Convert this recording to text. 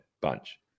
bunch